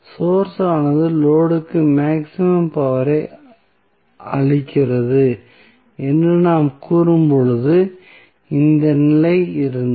source ஆனது load க்கு maximum power ஐ அளிக்கிறது என்று நாம் கூறும்போது இந்த நிலை இருந்தது